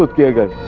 like jagat